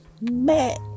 Mad